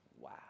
wow